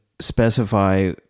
specify